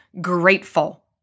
grateful